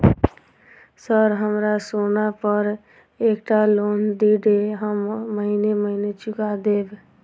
Sir हमरा सोना पर एकटा लोन दिऽ हम महीने महीने चुका देब?